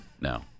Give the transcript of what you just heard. now